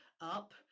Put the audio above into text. up